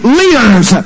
leaders